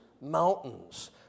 Mountains